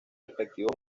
respectivos